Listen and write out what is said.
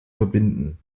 verbinden